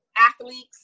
athletes